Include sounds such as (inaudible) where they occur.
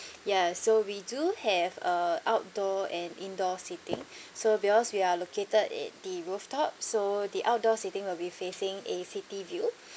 (breath) ya so we do have a outdoor and indoor seating so because we are located at the rooftop so the outdoor seating will be facing a city view